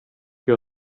your